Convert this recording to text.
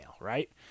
right